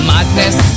Madness